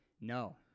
no